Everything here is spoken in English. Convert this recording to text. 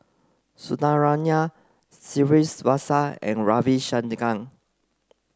Sundaraiah Srinivasa and Ravi Shankar